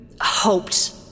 hoped